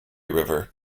river